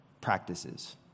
practices